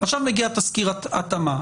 עכשיו מגיע תסקיר התאמה,